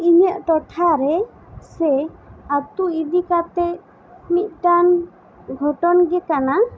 ᱤᱧᱟᱹᱜ ᱴᱚᱴᱷᱟ ᱨᱮ ᱥᱮ ᱟᱛᱳ ᱤᱫᱤ ᱠᱟᱛᱮ ᱢᱤᱫᱴᱟᱝ ᱜᱷᱚᱴᱚᱱ ᱜᱮ ᱠᱟᱱᱟ